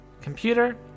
Computer